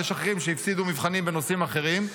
ויש אחרים שהפסידו מבחנים בנושאים אחרים.